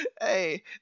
hey